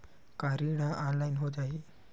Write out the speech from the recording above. का ऋण ह ऑनलाइन हो जाही?